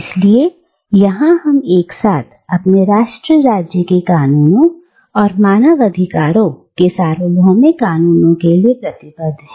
इसलिए यहां हम एक साथ अपने राष्ट्र राज्य के कानूनों और मानव अधिकारों के सार्वभौमिक कानून के लिए प्रतिबद्ध हैं